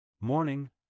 Morning